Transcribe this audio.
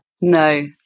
No